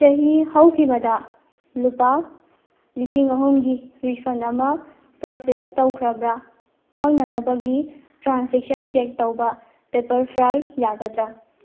ꯆꯍꯤ ꯍꯧꯈꯤꯕꯗ ꯂꯨꯄꯥ ꯂꯤꯁꯤꯡ ꯑꯍꯨꯝꯒꯤ ꯔꯤꯐꯟ ꯑꯃ ꯄ꯭ꯔꯣꯁꯦꯁ ꯇꯧꯈ꯭ꯔꯕꯔꯥ ꯈꯪꯅꯅꯕꯒꯤ ꯇ꯭ꯔꯥꯟꯁꯦꯛꯁꯟ ꯆꯦꯛ ꯇꯧꯕ ꯄꯦꯄꯔ ꯐ꯭ꯔꯥꯏ ꯌꯥꯒꯗ꯭ꯔꯥ